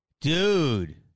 Dude